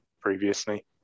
previously